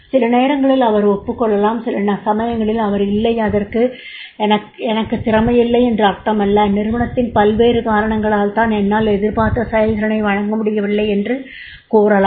சில நேரங்களில் அவர் ஒப்புக் கொள்ளலாம் சில சமயங்களில் அவர் "இல்லை இதற்கு எனக்குத் திறமையில்லை என்று அர்த்தமல்ல நிறுவனத்தின் பல்வேறு காரணங்களால் தான் என்னால் எதிர்பார்த்த செயல்திறனை வழங்க முடியவில்லை" என்று கூறலாம்